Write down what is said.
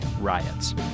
riots